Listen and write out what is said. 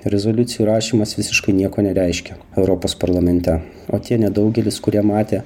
rezoliucijų rašymas visiškai nieko nereiškia europos parlamente o tie nedaugelis kurie matė